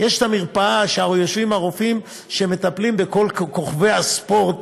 יש שם מרפאה ויושבים שם הרופאים שמטפלים בכל כוכבי הספורט,